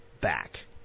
back